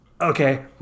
okay